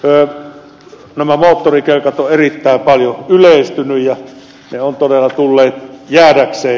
nämä moottorikelkat ovat erittäin paljon yleistyneet ja ne ovat todella tulleet jäädäkseen